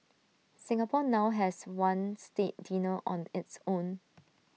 Singapore now has one state dinner on its own